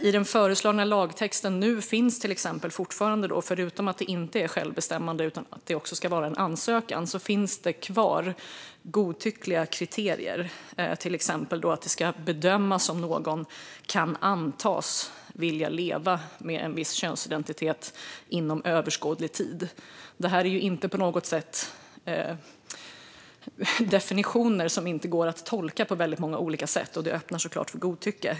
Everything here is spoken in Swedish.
I den nu föreslagna lagtexten finns det till exempel fortfarande - förutom att det inte är självbestämmande utan att det ska vara en ansökan - kvar godtyckliga kriterier, till exempel att det ska bedömas om någon kan antas vilja leva med en viss könsidentitet inom överskådlig tid. Detta är inte definitioner som inte går att tolka på många olika sätt. Det öppnar såklart för godtycke.